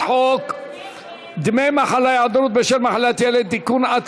הצעת חוק דמי מחלה (היעדרות בשל מחלת ילד) (תיקון,